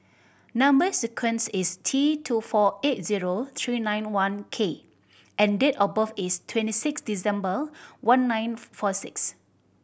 number sequence is T two four eight zero three nine one K and date of birth is twenty six December one nine four six